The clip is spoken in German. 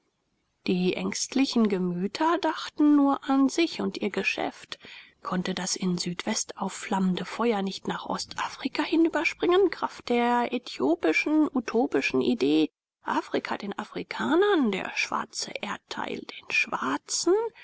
die ängstlichen gemüter dachten nur an sich und ihr geschäft konnte das in südwest aufflammende feuer nicht nach ostafrika hinüberspringen kraft der äthiopischen utopischen idee afrika den afrikanern der schwarze erdteil den schwarzen